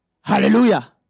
Hallelujah